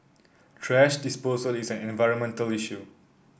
thrash disposal is an environmental issue